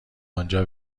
آنجا